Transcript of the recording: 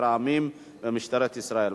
אם ההצעה, כרגע נצביע עליה והיא תעבור.